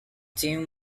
team